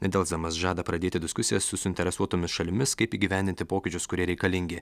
nedelsdamas žada pradėti diskusijas su suinteresuotomis šalimis kaip įgyvendinti pokyčius kurie reikalingi